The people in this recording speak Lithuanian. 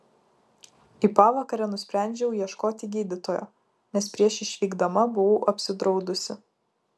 į pavakarę nusprendžiau ieškoti gydytojo nes prieš išvykdama buvau apsidraudusi